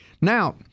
Now